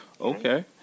Okay